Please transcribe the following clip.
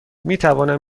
میتوانم